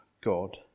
God